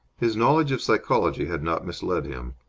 his knowledge of psychology had not misled him.